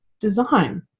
design